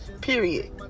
Period